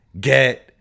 get